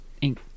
ink